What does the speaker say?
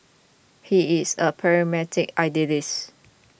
he is a pragmatic idealist